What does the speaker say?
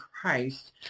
Christ